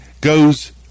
goes